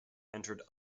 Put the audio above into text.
entered